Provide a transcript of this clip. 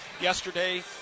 yesterday